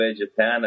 Japan